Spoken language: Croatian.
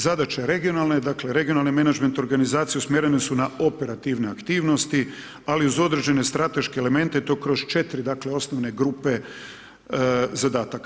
Zadaća regionalne, dakle, regionalne menadžment organizacije, usmjerene su na operativne aktivnosti, ali uz određene strateške elemente i to kroz 4 osnovne grupe zadataka.